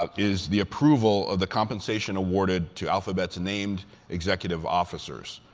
ah is the approval of the compensation awarded to alphabet's named executive officers.